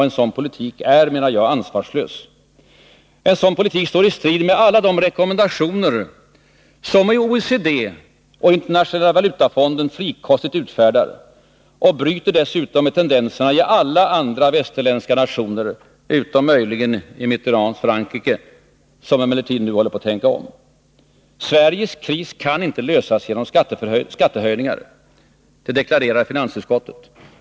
En sådan politik är, menar jag, ansvarslös. En sådan politik står i strid med alla de rekommendationer som OECD och Internationella valutafonden frikostigt utfärdar och bryter dessutom med tendenserna i alla andra västerländska nationer, utom möjligen i Mitterrands Frankrike som emellertid nu håller på att tänka om. Sveriges kris kan inte lösas genom skattehöjningar, det deklarerar finansutskottet.